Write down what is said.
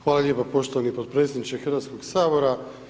Hvala lijepo poštovani potpredsjedniče Hrvatskog sabora.